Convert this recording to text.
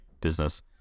business